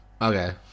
Okay